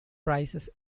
prizes